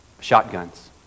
shotguns